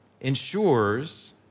ensures